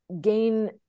gain